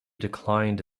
declined